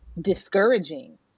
discouraging